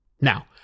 Now